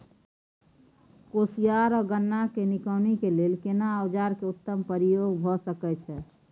कोसयार आ गन्ना के निकौनी के लेल केना औजार के उत्तम प्रयोग भ सकेत अछि?